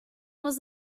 was